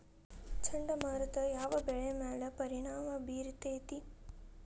ಚಂಡಮಾರುತ ಯಾವ್ ಬೆಳಿ ಮ್ಯಾಲ್ ಪರಿಣಾಮ ಬಿರತೇತಿ?